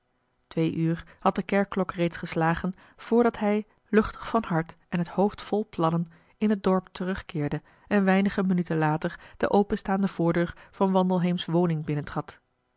twee uur had de kerkklok reeds geslagen voordat hij luchtig van hart en het hoofd vol plannen in het dorp terugkeerde en weinige minuten later de openstaande voordeur van wandelheem's woning binnentrad